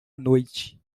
noite